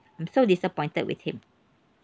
I'm so disappointed with him